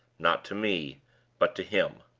not to me but to him.